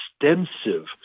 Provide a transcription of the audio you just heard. extensive